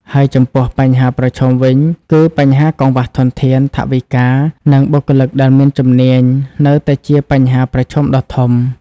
ហើយចំំពោះបញ្ហាប្រឈមវិញ គឺបញ្ហាកង្វះធនធាន ថវិកា និងបុគ្គលិកដែលមានជំនាញនៅតែជាបញ្ហាប្រឈមដ៏ធំ។